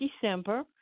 December